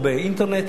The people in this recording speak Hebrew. או באינטרנט,